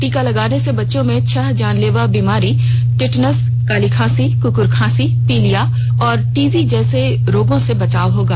टीका लगने से बच्चों में छह जानलेवा बीमारी टेटनस काली खांसी ककर खांसी पीलिया और टीबी जैसे रोगों से बचाव होगा